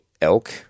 elk